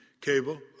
cable